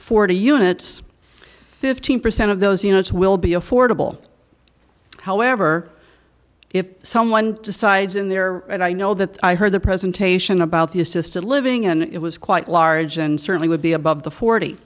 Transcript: forty units fifteen percent of those units will be affordable however if someone decides in there and i know that i heard the presentation about the assisted living and it was quite large and certainly would be above the forty